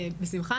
בשמחה,